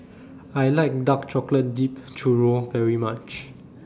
I like Dark Chocolate Dipped Churro very much